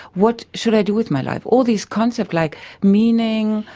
what should i do with my life? all these concepts like meaning,